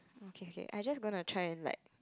okay okay I just gonna try and like